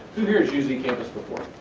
who here has used ecampus before?